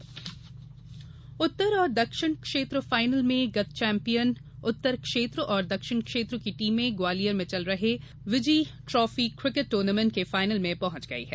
विजी trophy उत्तर और दक्षिण क्षेत्र फाइनल में गत चौम्पियन उत्तर क्षेत्र और दक्षिण क्षेत्र की टीमें ग्वालियर में चल रहे विजी ट्रॉफी क्रिकेट ट्र्नामेंट के फाइनल में पहंच गई हैं